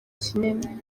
kinini